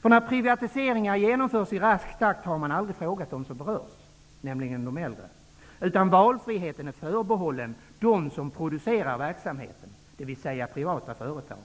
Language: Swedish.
För när privatiseringar genomförs i rask takt har man aldrig frågat dem som berörs, nämligen de äldre, utan valfriheten är förebehållen dem som producerar verksamheten, dvs. privata företag.